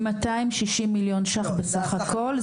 260 מיליון ש"ח בסך הכול.